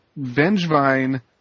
Vengevine